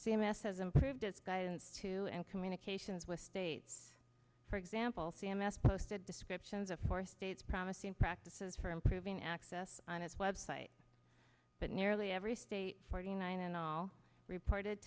c m s has improved its guidance to and communications with state for example c m s posted descriptions of four states promising practices for improving access on its website but nearly every state forty nine and all reported